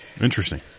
Interesting